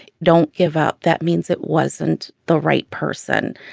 don't give up. that means it wasn't the right person.